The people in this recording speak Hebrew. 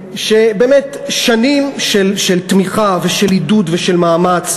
שבאמת, שנים של תמיכה ושל עידוד ושל מאמץ.